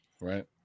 right